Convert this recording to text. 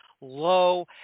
low